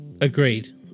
Agreed